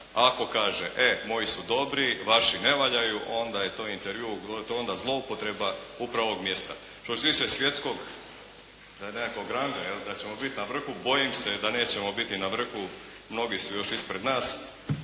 Ako kaže, e moji su dobri, vaši ne valjaju, onda je to intervju, to je onda zloupotreba upravo ovog mjesta. Što se tiče svjetskog nekakvog ranga, da ćemo biti na vrhu, bojim se da nećemo biti na vrhu, mnogi su još ispred nas,